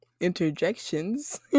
interjections